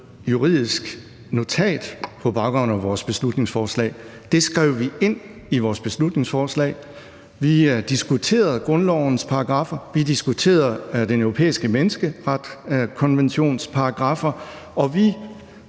juridisk notat på baggrund af vores beslutningsforslag. Det skrev vi ind i vores beslutningsforslag. Vi diskuterede grundlovens paragraffer, vi diskuterede Den Europæiske Menneskerettighedskonventions paragraffer, og vi